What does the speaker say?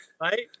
right